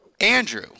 Andrew